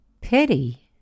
Pity